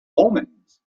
omens